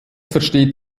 versteht